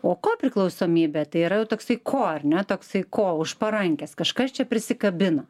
o kopriklausomybė tai yra toksai ko ar ne toksai ko už parankės kažkas čia prisikabino